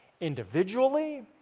individually